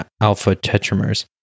alpha-tetramers